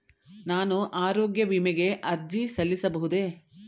ನಾನು ಆರೋಗ್ಯ ವಿಮೆಗೆ ಅರ್ಜಿ ಸಲ್ಲಿಸಬಹುದೇ?